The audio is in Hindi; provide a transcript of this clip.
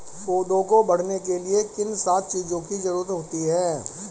पौधों को बढ़ने के लिए किन सात चीजों की जरूरत होती है?